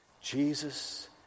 Jesus